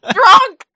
drunk